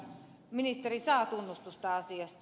ministeri saa tunnustusta asiasta